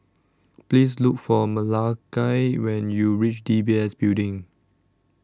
Please Look For Malakai when YOU REACH D B S Building